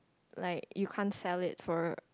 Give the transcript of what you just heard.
like you can't sell it for